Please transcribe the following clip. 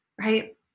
right